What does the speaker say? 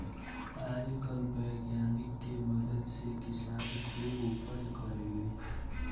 आजकल वैज्ञानिक के मदद से किसान खुब उपज करेले